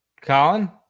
Colin